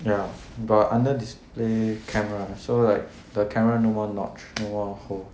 ya but under display camera so like the camera no more notch no more hole